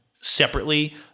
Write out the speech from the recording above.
separately